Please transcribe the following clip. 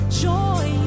joy